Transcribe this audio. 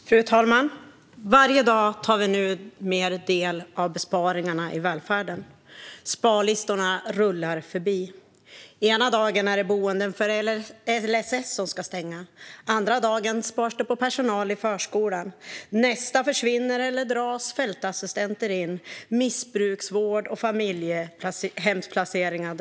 Fru talman! Varje dag tar vi numera del av besparingarna i välfärden. Sparlistorna rullar förbi. Ena dagen är det boenden för LSS som ska stängas, andra dagen sparas det på personal i förskolan och nästa dag försvinner fältassistenter. Det dras ned på missbruksvård och familjehemsplaceringar.